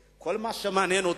הרי אני והוא משלמים אותו